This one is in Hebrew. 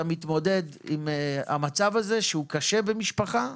אתה מתמודד עם המצב הזה שהוא קשה במשפחה,